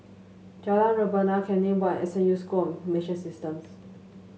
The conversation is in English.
Jalan Rebana Canning Walk and S N U School of Information Systems